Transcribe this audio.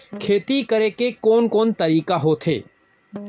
खेती के कोन कोन तरीका होथे?